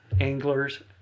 anglers